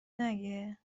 نگه